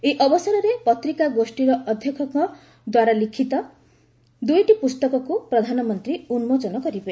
ଏହି ଅବସରରେ ପତ୍ରିକା ଗୋଷୀର ଅଧ୍ୟକ୍ଷକଙ୍କ ଦ୍ୱାରା ଲିଖିତ ଦୁଇଟି ପୁସ୍ତକକୁ ପ୍ରଧାନମନ୍ତ୍ରୀ ଉନ୍ମୋଚନ କରିବେ